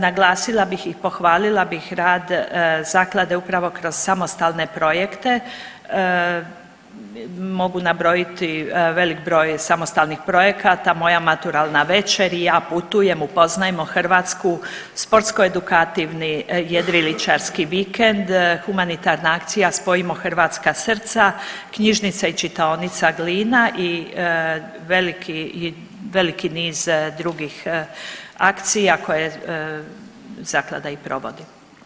Naglasila bih i pohvalila bih rad zaklade upravo kroz samostalne projekte, mogu nabrojiti velik broj samostalnih projekata „Moja maturalna večer“, „ I ja putujem“, „Upoznajmo Hrvatsku“, „Sportsko edukativni jedriličarski vikend“, Humanitarna akcija „Spojimo hrvatska srca“, Knjižnica i čitaonica Glina i veliki i veliki niz drugih akcija koje zaklada i provodi.